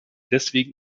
deswegen